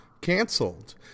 canceled